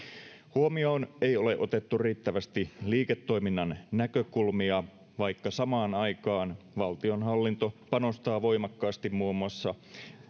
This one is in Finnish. huomioon ei ole otettu riittävästi liiketoiminnan näkökulmia vaikka samaan aikaan valtionhallinto panostaa voimakkaasti muun muassa